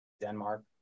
Denmark